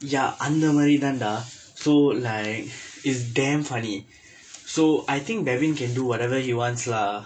ya அந்த மாதிரி தான்:andtha maathiri thaan dah so like is damn funny so I think baveen can do whatever he wants lah